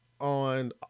on